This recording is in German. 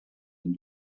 den